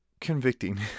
convicting